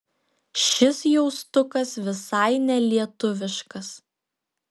šis jaustukas visai nelietuviškas